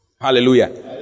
Hallelujah